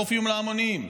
אופיום להמונים,